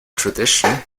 tradition